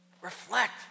reflect